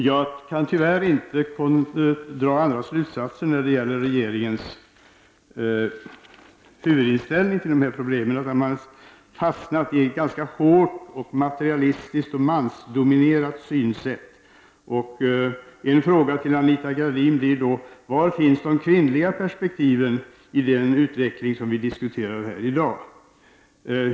Jag kan tyvärr inte av regeringens huvudinställning till dessa problem dra någon annan slutsats än att man har fastnat i ett ganska hårt, materialistiskt och mansdominerat synsätt. Jag vill då fråga Anita Gradin: Var finns de kvinnliga perspektiven i den utveckling vi diskuterar här i dag?